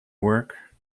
work